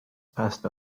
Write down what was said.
passed